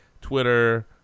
twitter